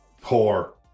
poor